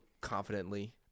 confidently